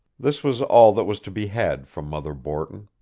this was all that was to be had from mother borton.